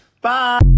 Bye